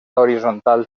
horitzontal